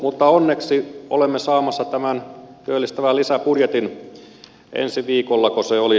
mutta onneksi olemme saamassa tämän työllistävän lisäbudjetin ensi viikollako se oli